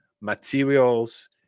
materials